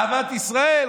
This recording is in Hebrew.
אהבת ישראל.